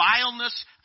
vileness